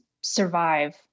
survive